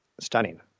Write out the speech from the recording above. Stunning